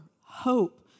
hope